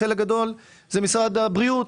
חלק גדול זה משרד הבריאות,